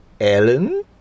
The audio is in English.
Ellen